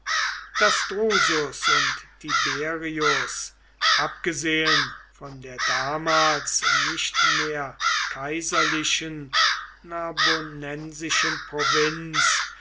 daß drusus und tiberius abgesehen von der damals nicht mehr kaiserlichen narbonensischen provinz